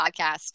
podcast